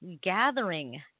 gathering